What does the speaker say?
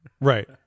Right